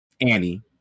Annie